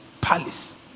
palace